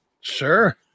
Sure